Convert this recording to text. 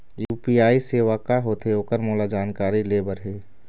UPI सेवा का होथे ओकर मोला ओकर जानकारी ले बर हे?